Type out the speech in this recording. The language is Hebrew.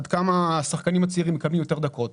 עד כמה השחקנים הצעירים מקבלים יותר דקות.